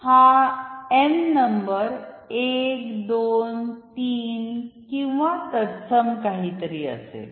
हा n number 12 3 किंवा तत्सम काहीतरी असेल